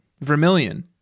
vermilion